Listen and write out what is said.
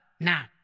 Now